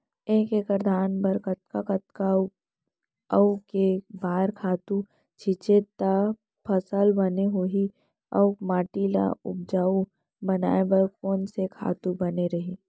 एक एक्कड़ धान बर कतका कतका अऊ के बार खातू छिंचे त फसल बने होही अऊ माटी ल उपजाऊ बनाए बर कोन से खातू बने रही?